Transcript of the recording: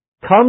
come